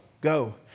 go